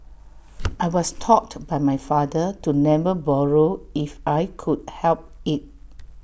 I was taught by my father to never borrow if I could help IT